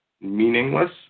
meaningless